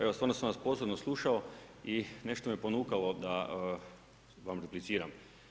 Evo stvarno sam vas pozorno slušao i nešto me ponukalo da vam repliciram.